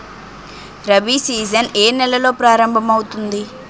Rabi season ఏ నెలలో ప్రారంభమౌతుంది?